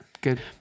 good